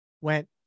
went